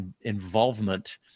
involvement